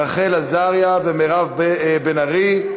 רחל עזריה ומירב בן ארי.